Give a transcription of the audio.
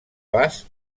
bas